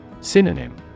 Synonym